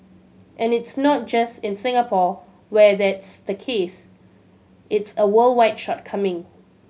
and it's not just in Singapore where that's the case it's a worldwide shortcoming